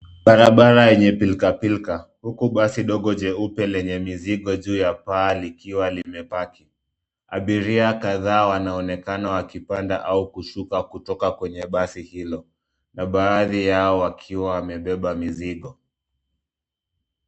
Barabara yenye pilkapilka, huku basi dogo jeupe lenye mizigo juu ya paa likiwa limepaki. Abiria kadhaa wanaonekana wakipanda au kushuka kutoka kwenye basi hilo, na baadhi yao wakiwa wamebeba mizigo.